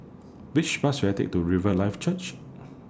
Which Bus should I Take to Riverlife Church